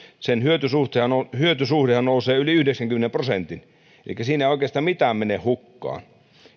sen hyötysuhdehan nousee yli yhdeksänkymmenen prosentin elikkä siinä ei oikeastaan mitään mene hukkaan